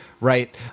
right